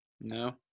No